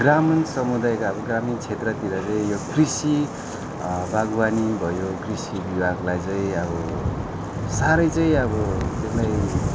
ग्रामीण समुदायको अब ग्रामीण क्षेत्रतिर चाहिँ यो कृषि बागवानी भयो कृषि विभागलाई चाहिँ अब साह्रै चाहिँ अब त्यसलाई